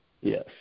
Yes